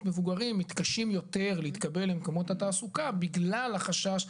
מבוגרים מתקשים יותר להתקבל למקומות התעסוקה בגלל החשש.